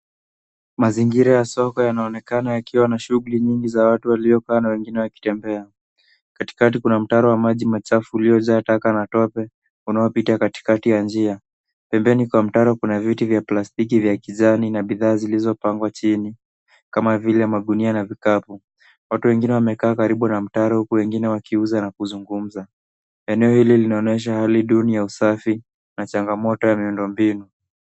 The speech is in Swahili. Mazingira ya soko yanaonekana yakiwa na shughuli nyingi za watu waliopanda wengine wakitembea Katikati kuna mtaro wa maji uliojaa maji taka na tope unaopita katikati ya njia. Pembeni kwa mtaro kuna viti vya pastiki vya kijani na bidhaa zilizopangwa chini kama vile magunia na vikapu. Watu wengine wamekaa karibu na mtaro huku wengine wakiuza na kuzungumza. Eneo hili linaonyesha hali duni ya usafi na changamoto ya miundombinu.